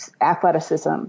athleticism